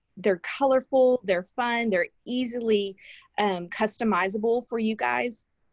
they're colorful, they're fun, they're easily customizable for you guys.